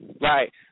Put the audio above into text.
Right